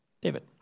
David